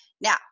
Now